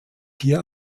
hier